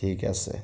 ঠিক আছে